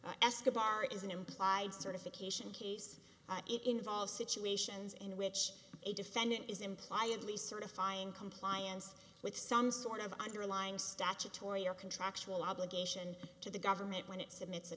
escobar is an implied certification case it involves situations in which a defendant is implying at least certifying compliance with some sort of underlying statutory or contractual obligation to the government when it's in its a